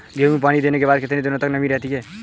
गेहूँ में पानी देने के बाद कितने दिनो तक नमी रहती है?